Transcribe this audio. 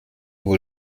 wohl